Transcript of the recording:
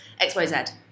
XYZ